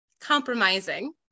compromising